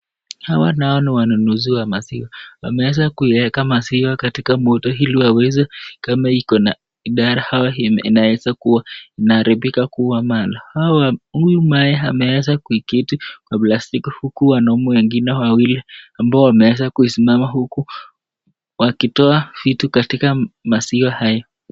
Hawa nao ni wanunuzi wa maziwa, wameweza kuiweka maziwa katika moto ili waiweze kama iko na idhara ma inaweza kuwa imeharibika aunmala. Huyu mama ambaye ameweza kuketi kwenye plastiki huku wanaume wawili ambao wameweza kusimama wakitoa maziwa haya.